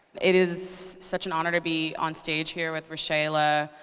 it is such an honor to be on stage here with rashayla. oh,